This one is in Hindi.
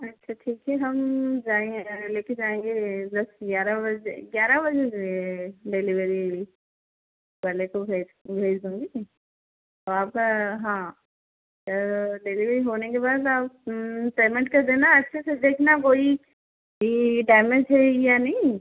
अच्छा ठीक है हम जाऍं ले कर जाएँगे दस ग्यारह बजे ग्यारह बजे डेलिवरी वाले को भेज भेज दूँगी औ आप हाँ डिलिवरी होने के बाद आप पेमेन्ट कर देना अच्छे से देखना कोई भी डैमेज है या नहीं